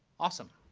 awesome.